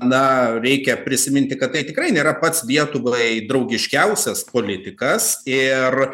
na reikia prisiminti kad tai tikrai nėra pats vietų blai draugiškiausias politikas ir